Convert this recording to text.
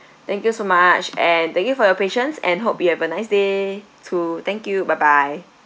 thank you so much and thank you for your patience and hope you have a nice day too thank you bye bye